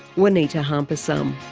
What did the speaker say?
juanita hamparsum.